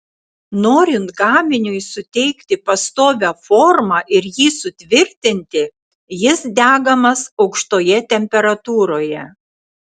norint gaminiui suteikti pastovią formą ir jį sutvirtinti jis degamas aukštoje temperatūroje